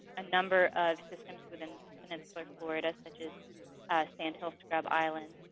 a number of systems within peninsular florida such as sand hill scrub island,